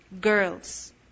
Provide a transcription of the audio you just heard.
girls